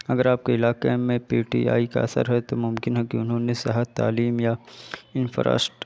اگر آپ کے علاقے میں پی ٹی آئی کا اثر ہے تو ممکن ہے کہ انہوں نے صحت تعلیم یا انفراسٹ